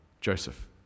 Joseph